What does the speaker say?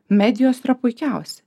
medijos yra puikiausi